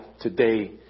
today